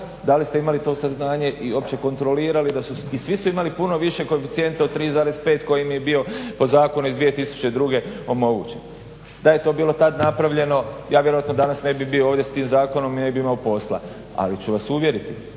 Da li ste imali to saznanje i uopće kontrolirali i svi su imali puno više koeficijente od 3.5 koji im je bio po zakonu iz 2002. omogućen. Da je to bilo tad napravljeno, ja vjerojatno danas ne bih bio ovdje s tim zakonom i ne bi imao posla. Ali ću vas uvjeriti